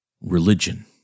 religion